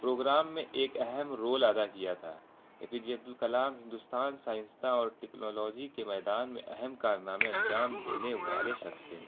programme میں ایک اہم رول ادا کیا تھا A P J Abdul Kalam Hindustan سائنسداں اور ٹیکنالوجی کے میدان میں اہم کارنامے انجام دینے والے شخص تھے